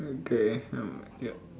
okay yup